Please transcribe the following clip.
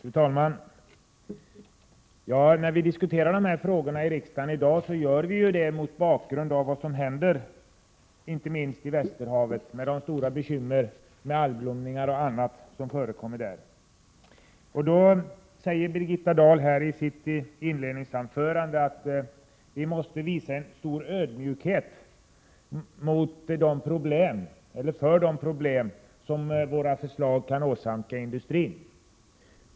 Fru talman! När vi diskuterar miljöfrågorna i riksdagen i dag, gör vi ju det mot bakgrund av vad som händer, inte minst i Västerhavet med de stora bekymmer med algblomning och annat som förekommer där. I sitt inledningsanförande säger Birgitta Dahl att vi måste visa en stor ödmjukhet inför de problem som våra förslag kan åsamka industrin.